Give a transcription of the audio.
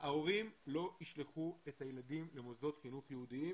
ההורים לא ישלחו את הילדים למוסדות חינוך יהודיים,